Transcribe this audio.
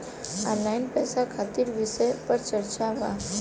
Online पैसा खातिर विषय पर चर्चा वा?